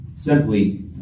Simply